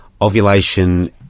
Ovulation